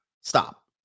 Stop